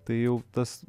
tai jau tas